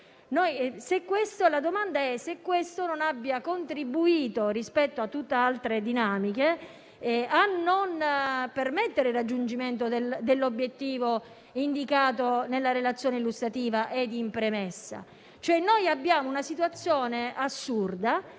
La domanda è se ciò non abbia contribuito, rispetto a tutte le altre dinamiche, a impedire il raggiungimento dell'obiettivo indicato nella relazione illustrativa e in premessa. Siamo di fronte a una situazione assurda,